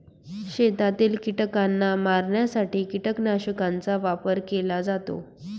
शेतातील कीटकांना मारण्यासाठी कीटकनाशकांचा वापर केला जातो